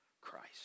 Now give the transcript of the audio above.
Christ